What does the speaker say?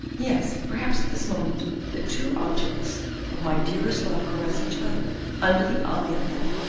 yes, perhaps at this moment the two objects of my dearest love caress each other under the eye of heaven.